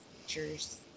features